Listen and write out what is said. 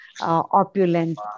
opulent